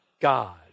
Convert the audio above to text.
God